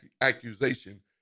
accusation